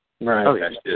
Right